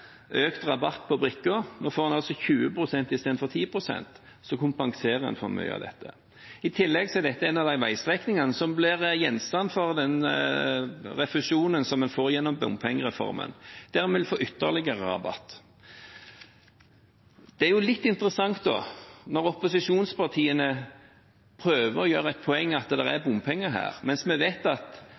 økt rabatt på brikker – nå får en 20 pst. i stedet for 10 pst. – kompenserer en for mye av dette. I tillegg er dette en av de veistrekningene som blir gjenstand for den refusjonen som en får gjennom bompengereformen, der en vil få ytterligere rabatt. Det er litt interessant når opposisjonspartiene prøver å gjøre et poeng av at det er bompenger her, mens vi vet at